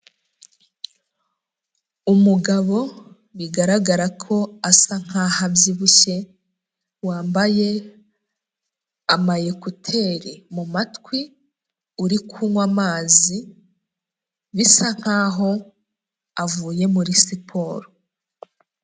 Umugabo bigaragara ko asa nkaho abyibushye, wambaye amayekuteri mu matwi uri kunywa amazi, bisa nkaho avuye muri siporo.